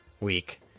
week